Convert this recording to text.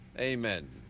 amen